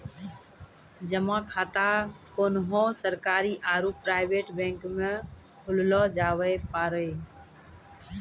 जमा खाता कोन्हो सरकारी आरू प्राइवेट बैंक मे खोल्लो जावै पारै